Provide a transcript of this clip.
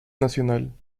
nacional